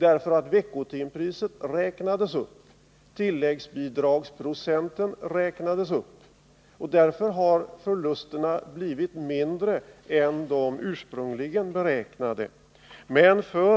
eftersom veckotimpriset och tilläggsbidragsprocenten har räknats upp.